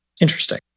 Interesting